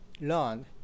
learn